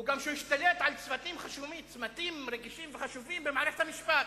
היא שהוא גם ישתלט על צמתים רגישים וחשובים במערכת המשפט.